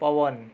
પવન